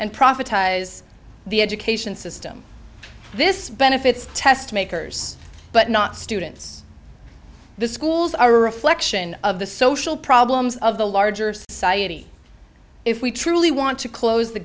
and profit the education system this benefits test makers but not students the schools are a reflection of the social problems of the larger society if we truly want to close the